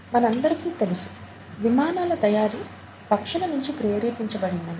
మనందరికీ తెలుసు విమానాల తయారీ పక్షుల నించి ప్రేరేపించబడిందని